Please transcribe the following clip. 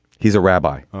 he's a rabbi.